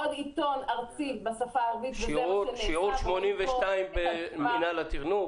ועוד עיתון ארצי בשפה הערבית -- שיעור 82 במינהל התכנון?